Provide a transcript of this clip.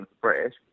British